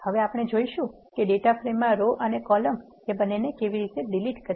હવે આપણે જોઈશું કે ડેટા ફ્રેમમાં રો અને કોલમ ને કેવી રીતે ડિલીટ કરવી